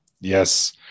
Yes